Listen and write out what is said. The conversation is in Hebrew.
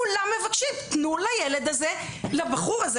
כולם מבקשים: תנו לבחור הזה,